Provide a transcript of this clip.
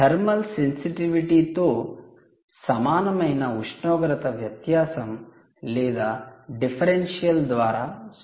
thermal sensitivity తో సమానమైన ఉష్ణోగ్రత వ్యత్యాసం లేదా డిఫరెన్షియల్ ద్వారా సూచిస్తారు